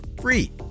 free